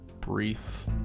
brief